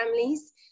families